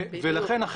לכן,